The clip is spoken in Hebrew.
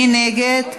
מי נגד?